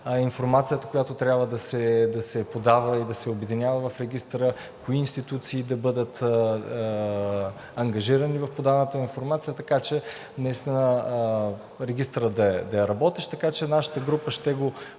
информацията, която трябва да се подава и обединява в регистъра, кои институции да бъдат ангажирани в подаването на информацията, така че наистина регистърът да е работещ. Така че нашата група ще го